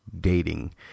dating